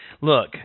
Look